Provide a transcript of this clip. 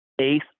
Eighth